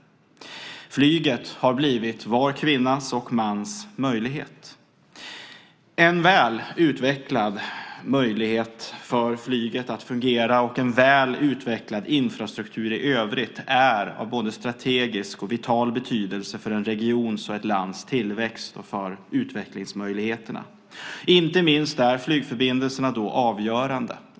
Flyget har blivit var kvinnas och var mans möjlighet. En väl utvecklad möjlighet för flyget att fungera och en väl utvecklad infrastruktur i övrigt är av både strategisk och vital betydelse för en regions och ett lands tillväxt och för utvecklingsmöjligheterna. Inte minst är flygförbindelserna då avgörande.